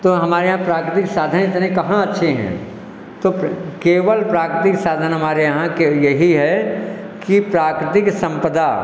तो हमारे यहाँ प्राकृतिक साधन इतने कहाँ अच्छे हैं तो केवल प्राकृतिक साधन हमारे यहाँ के यही है कि प्राकृतिक सम्पदा